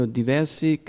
diversi